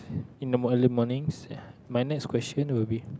in the early mornings ya my next question would be